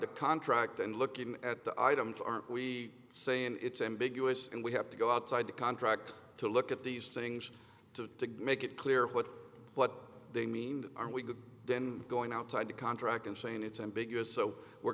the contract and looking at the items aren't we saying it's ambiguous and we have to go outside the contract to look at these things to make it clear what what they mean are we then going outside to contract insane it and bigger so we're